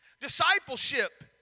discipleship